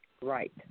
right